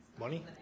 Money